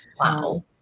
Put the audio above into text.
Wow